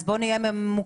אז בואו נהיה ממוקדים.